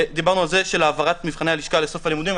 דיברנו על העברת מבחני הלשכה לסוף הלימודים.